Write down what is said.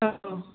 औ